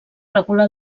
regula